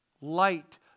Light